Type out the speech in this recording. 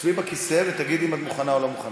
שבי בכיסא ותגידי אם את מוכנה או לא מוכנה.